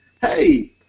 hey